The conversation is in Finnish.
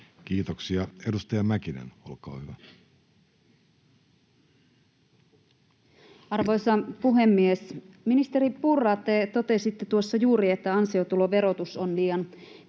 (Niina Malm sd) Time: 16:23 Content: Arvoisa puhemies! Ministeri Purra, te totesitte tuossa juuri, että ansiotuloverotus on liian